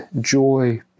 joy